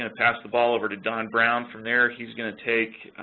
ah pass the ball over to don brown from there, he's going to take